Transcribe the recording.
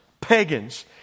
pagans